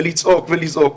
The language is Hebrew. לצעוק ולזעוק,